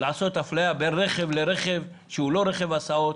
לעשות אפליה בין רכב לרכב שהוא לא רכב הסעות,